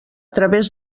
través